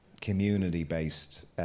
community-based